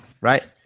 right